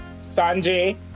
sanjay